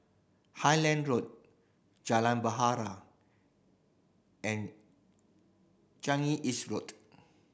Highland Road Jalan and Changi East Road